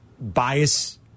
bias